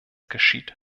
geschieht